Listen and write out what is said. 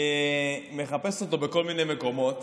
אני מחפש אותו בכל מיני מקומות